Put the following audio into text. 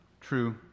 true